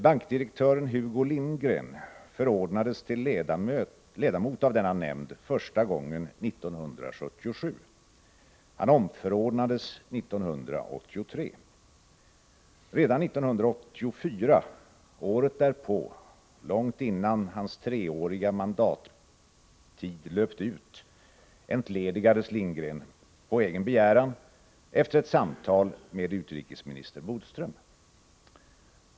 Bankdirektören Hugo Lindgren förordnades till ledamot av denna nämnd första gången 1977. Han omförordnades 1983. Redan 1984, året därpå och långt innan hans treåriga mandattid löpte ut, entledigades Hugo Lindgren på egen begäran efter samtal med utrikesminister Bodström.